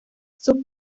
sus